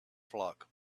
flock